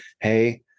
hey